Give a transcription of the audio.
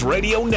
Radio